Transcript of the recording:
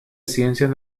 ciencias